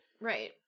Right